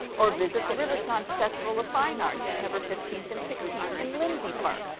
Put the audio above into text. or visit the riverssance festival of fine art, september fifteenth and sixteenth, in lindsay park,